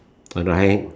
or do I